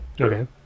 okay